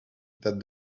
that